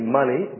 money